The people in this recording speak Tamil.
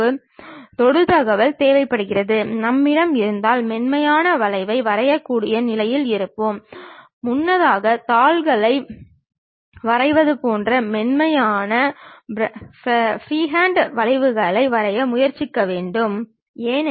ஒரு பொருளின் ஏறியத்தில் அதனுடைய வெவ்வேறு தோற்ற அமைப்புகள் வெவ்வேறு தளங்களில் வடிவம் அளவு என்ற விவரங்கள் வரையறுக்கப்படுகின்றன